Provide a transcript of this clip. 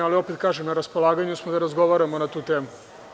Opet kažem, na raspolaganju smo da razgovaramo na tu temu.